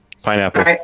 Pineapple